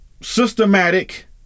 systematic